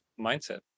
mindset